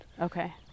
Okay